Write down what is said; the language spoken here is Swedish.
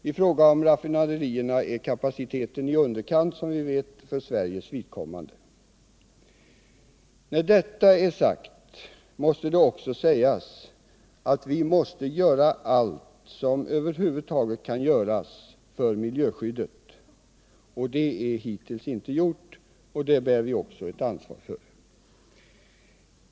I fråga om raffinaderierna är kapaciteten som vi vet i underkant för Sveriges vidkommande. När detta är sagt måste det också sägas att vi måste göra allt som över huvud taget kan göras för miljöskyddet. Det är hittills inte gjort, och det bär vi också ett ansvar för.